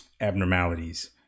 abnormalities